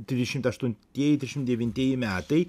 trisdešimt aštuntieji trisdešimt devintieji metai